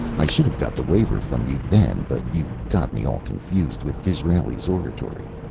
i should have got the waiver from you then, but you got me all confused with disraeli's oratory.